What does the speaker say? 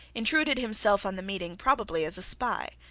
intruded himself on the meeting, probably as a spy.